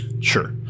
Sure